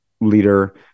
leader